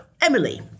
Emily